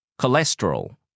cholesterol